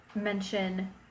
mention